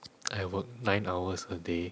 I work nine hours a day